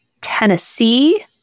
Tennessee